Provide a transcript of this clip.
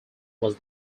was